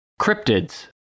cryptids